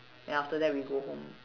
then after that we go home